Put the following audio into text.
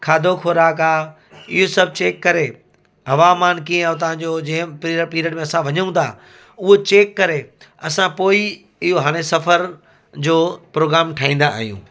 खाधो ख़ोराक आहे इहो सभु चेक करे हवामान कीअं उतां जो जंहिं पी पीरियड में असां वञूं था उहो चेक करे असां पोइ ई इहो हाणे सफ़र जो प्रोग्राम ठाहींदा आहियूं